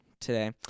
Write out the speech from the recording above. today